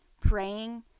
praying